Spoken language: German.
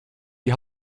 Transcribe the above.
die